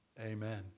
Amen